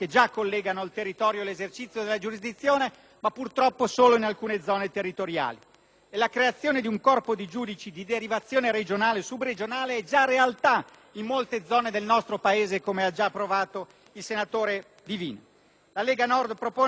La creazione di un corpo di giudici di derivazione regionale o sub-regionale è già realtà in molte zone del nostro Paese, come ha già detto il senatore Divina. La Lega Nord propone sistemi elettivi, di primo o di secondo grado (possiamo discuterne), dei magistrati onorari,